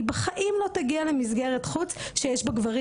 היא בחיים לא תגיע למסגרת חוץ שיש בה גברים.